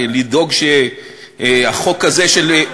לדאוג שהחוק הזה של,